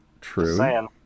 True